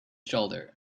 shoulder